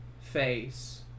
face